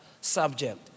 subject